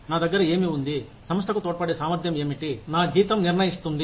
నా దగ్గర ఏమీ ఉంది సంస్థకు తోడ్పడే సామర్ధ్యం ఏమిటి నా జీవితం నిర్ణయిస్తుంది